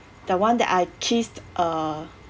the one that I kissed a